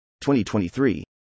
2023